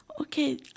Okay